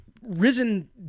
risen